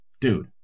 Dude